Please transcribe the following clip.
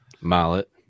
Mallet